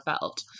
felt